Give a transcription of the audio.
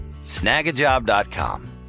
Snagajob.com